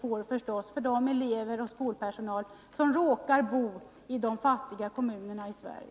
hårdast mot de elever och den personal som råkar bo i de fattiga kommunerna i Sverige.